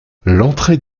l’entrée